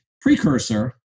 precursor